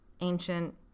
ancient